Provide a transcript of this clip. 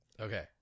Okay